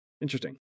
Interesting